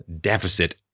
deficit